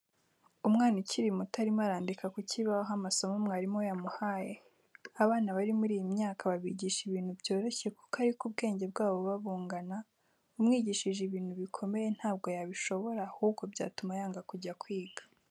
Umwana ukiri muto arimo arandika ku kibaho amasomo mwarimu we yamuhaye, abana bari muri iyi myaka babigisha ibintu byoroshye kuko ariko ubwenge bwabo buba bungana, umwigishije ibintu bikomeye ntabwo yabishobora ahubwo byatuma yanga kujya kwiga.